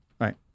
Right